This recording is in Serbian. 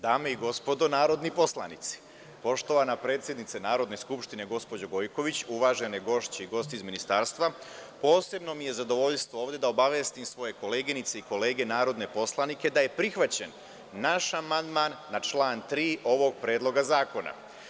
Dame i gospodo narodni poslanici, poštovana predsednice Narodne skupštine gospođo Gojković, uvažene gošće i gosti iz Ministarstva, posebno mi je zadovoljstvo ovde da obavestim svoje koleginice i kolege narodne poslanike da je prihvaćen naš amandman na član 3. ovog predloga zakona.